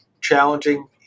challenging